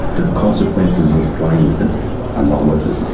the consequences of playing with it are not worth it.